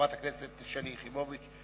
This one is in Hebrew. חברת הכנסת יחימוביץ,